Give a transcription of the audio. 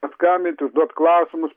paskambinti užduot klausimus